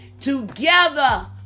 together